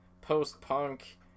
post-punk